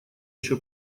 ещё